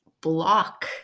block